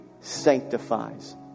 sanctifies